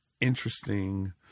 interesting